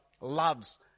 loves